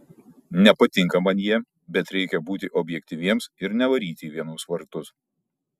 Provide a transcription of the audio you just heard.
nepatinka man jie bet reikia būti objektyviems ir nevaryti į vienus vartus